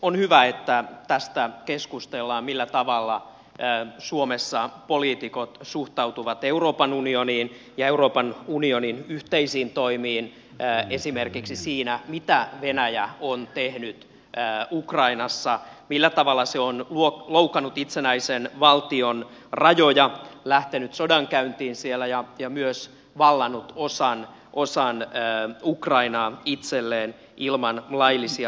on hyvä että keskustellaan tästä millä tavalla suomessa poliitikot suhtautuvat euroopan unioniin ja euroopan unionin yhteisiin toimiin esimerkiksi siinä mitä venäjä on tehnyt ukrainassa millä tavalla se on loukannut itsenäisen valtion rajoja lähtenyt sodankäyntiin siellä ja myös vallannut osan ukrainaa itselleen ilman laillisia perusteita